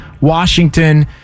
washington